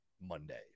Monday